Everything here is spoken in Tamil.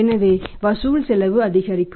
எனவே வசூல் செலவு அதிகரிக்கும்